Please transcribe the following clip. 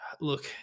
look